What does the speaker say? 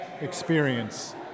experience